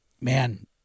man